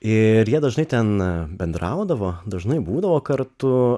ir jie dažnai ten bendraudavo dažnai būdavo kartu